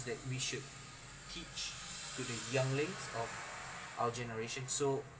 that we should teach to the younglings of our generation so